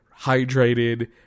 hydrated